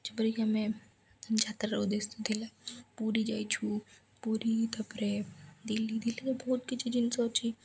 ଯେପରିକି ଆମେ ଯାତ୍ରାରେ ଉଦ୍ଦେଶ୍ୟ ଥିଲା ପୁରୀ ଯାଇଛୁ ପୁରୀ ତା'ପରେ ଦିଲ୍ଲୀ ଦିଲ୍ଲୀରେ ବହୁତ କିଛି ଜିନିଷ ଅଛି